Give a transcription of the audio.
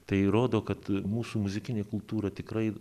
tai rodo kad mūsų muzikinė kultūra tikrai